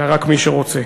אלא רק מי שרוצה.